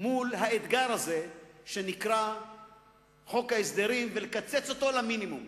מול האתגר הזה שנקרא חוק ההסדרים ולקצץ אותו למינימום.